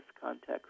context